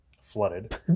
flooded